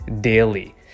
daily